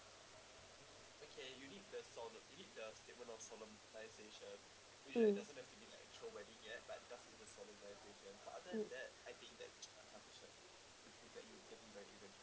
mm mm